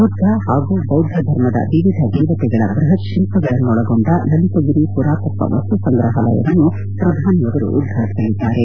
ಬುದ್ದ ಪಾಗೂ ಬೌದ್ದ ಧರ್ಮದ ವಿವಿಧ ದೇವತೆಗಳ ಬ್ಬಹತ್ ಶಿಲ್ಪಗಳನ್ನೊಳಗೊಂಡ ಲಲಿತಗಿರಿ ಪುರಾತತ್ವ ವಸ್ತುಸಂಗ್ರಹಾಲಯವನ್ನು ಪ್ರಧಾನಿಯವರು ಉದ್ವಾಟಿಸಲಿದ್ದಾರೆ